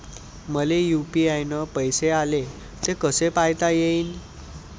मले यू.पी.आय न पैसे आले, ते कसे पायता येईन?